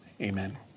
Amen